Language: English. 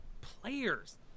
players